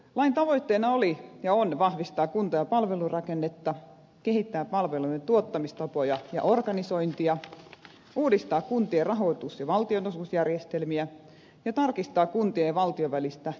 lain tavoitteena oli ja on vahvistaa kunta ja palvelurakennetta kehittää palvelujen tuottamistapoja ja organisointia uudistaa kuntien rahoitus ja valtionosuusjärjestelmiä ja tarkistaa kuntien ja valtion välistä tehtävienjakoa